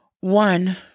One